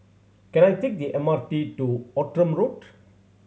can I take the M R T to Outram Road